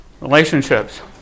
Relationships